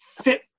fit